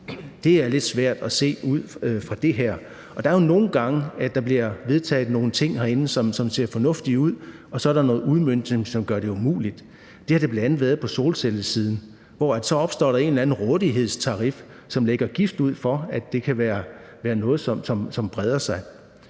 Det er lidt svært at se ud fra det her. Det sker nogle gange, at der bliver vedtaget nogle ting herinde, som ser fornuftige ud, men så er der noget udmøntning, som gør det umuligt. Det har bl.a. været på solcellesiden, hvor der opstår en eller anden rådighedstarif, som lægger gift ud for, at det kan være noget, der breder sig.